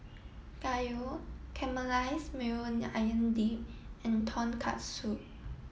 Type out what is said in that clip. Gyros Caramelize Maui Onion Dip and Tonkatsu